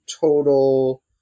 total